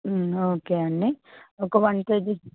ఓకేనండి ఒక one KG